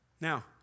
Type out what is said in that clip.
Now